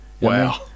Wow